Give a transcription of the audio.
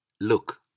Look